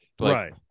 right